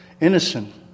innocent